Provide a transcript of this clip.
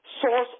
Source